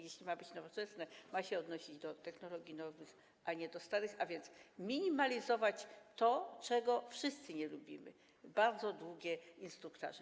Jeśli ma być nowoczesne, ma się odnosić do technologii nowych, a nie do starych, a więc minimalizować to, czego wszyscy nie lubimy - bardzo długie instruktarze.